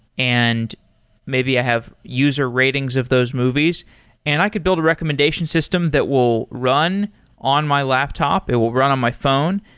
and maybe i have user ratings of those movies and i could build a recommendation system that will run on my laptop, it will run on my phone.